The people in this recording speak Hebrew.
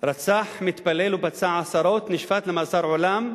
רצח מתפלל ופצע עשרות, נשפט למאסר עולם,